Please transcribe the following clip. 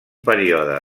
període